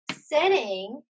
setting